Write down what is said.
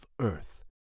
earth